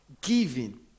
Giving